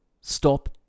stop